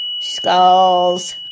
Skulls